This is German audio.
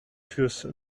fürs